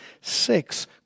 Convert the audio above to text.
Six